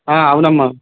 అవునమ్మ